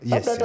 Yes